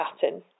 pattern